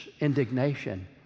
indignation